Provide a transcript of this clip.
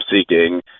seeking